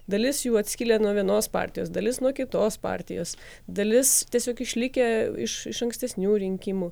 dalis jų atskilę nuo vienos partijos dalis nuo kitos partijos dalis tiesiog išlikę iš iš ankstesnių rinkimų